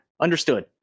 Understood